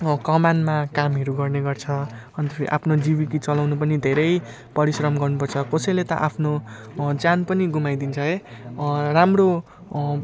कमानमा कामहरू गर्ने गर्छ अन्त फेरि आफ्नो जीविका चलाउन पनि धेरै परिश्रम गर्नुपर्छ कसैले त आफ्नो ज्यान पनि गुमाइदिन्छ है राम्रो